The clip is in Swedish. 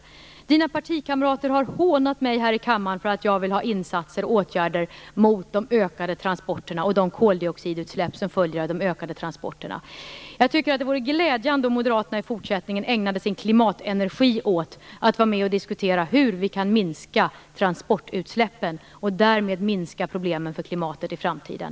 Göte Jonssons partikamrater har hånat mig här i kammaren för att jag vill ha insatser och åtgärder mot de ökade transporterna och de koldioxidutsläpp som följer av de ökade transporterna. Jag tycker att de vore glädjande om Moderaterna i fortsättningen ägnade sin klimatenergi åt att vara med och diskutera hur vi kan minska transportutsläppen och därmed minska problemen för klimatet i framtiden.